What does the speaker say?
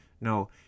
No